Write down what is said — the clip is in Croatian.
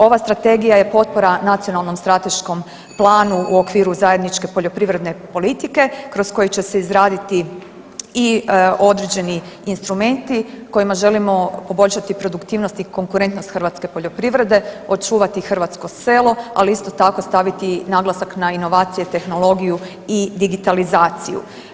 Ova strategija je potpora Nacionalnom strateškom planu u okviru zajedničke poljoprivredne politike kroz koji će se izraditi i određeni instrumentima kojima želimo poboljšati produktivnost i konkurentnost hrvatske poljoprivrede, očuvati hrvatsko selo, ali isto tako staviti naglasak na inovacije, tehnologiju i digitalizaciju.